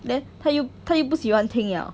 then 他又他又不喜欢听了